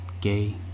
gay